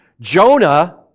Jonah